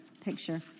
picture